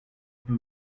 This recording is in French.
peu